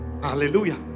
hallelujah